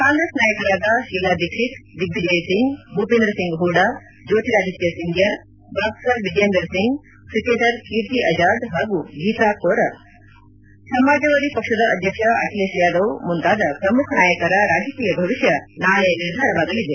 ಕಾಂಗ್ರೆಸ್ ನಾಯಕರಾದ Sheila Dikshit Digvijay Singh Bhupinder Singh Hooda Jyotiraditya Scindia boxer Vijender Singh cricketer Kirti Azad ಹಾಗೂ ಗೀತಾ ಕೋರಾ ಸಮಾಜವಾದಿ ಪಕ್ಷದ ಅಧ್ಯಕ್ಷ ಅಖಿಲೇಶ್ ಯಾದವ್ ಮುಂತಾದ ಪ್ರಮುಖ ನಾಯಕರ ರಾಜಕೀಯ ಭವಿಷ್ಣ ನಾಳೆ ನಿರ್ಧಾರವಾಗಲಿದೆ